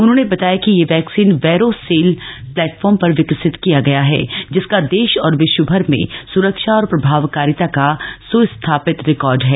उन्होंने बताया कि यह वैक्सीन वैरो सेल प्लेटफार्म पर विकसित किया गया है जिसका देश और विश्वभर में सुरक्षा और प्रभावकारिता का सुस्थापित रिकॉर्ड है